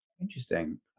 interesting